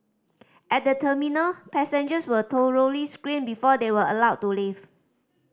at the terminal passengers were thoroughly screened before they were allowed to leave